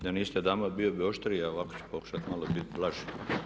Da niste dama bio bih oštriji a ovako ću pokušati malo biti blaži.